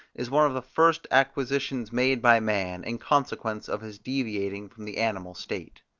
is one of the first acquisitions made by man, in consequence of his deviating from the animal state.